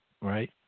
right